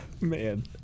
Man